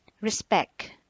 respect